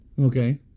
Okay